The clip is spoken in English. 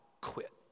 quit